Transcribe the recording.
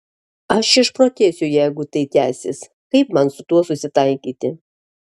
aš išprotėsiu jeigu tai tęsis kaip man su tuo susitaikyti